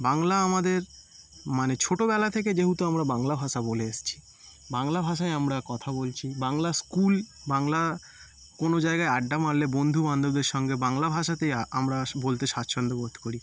বাংলা আমাদের মানে ছোটবেলা থেকে যেহেতু আমরা বাংলা ভাষা বলে এসেছি বাংলা ভাষায় আমরা কথা বলছি বাংলা স্কুল বাংলা কোনো জায়গায় আড্ডা মারলে বন্ধুবান্ধবদের সঙ্গে বাংলা ভাষাতেই আমরা বলতে স্বাচ্ছন্দ্য বোধ করি